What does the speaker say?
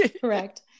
Correct